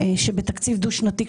ובתקציב דו-שנתי,